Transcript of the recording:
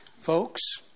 Folks